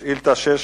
שאילתא מס'